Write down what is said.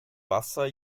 wasser